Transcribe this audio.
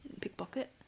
pickpocket